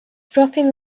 dropping